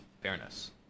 fairness